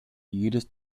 jedes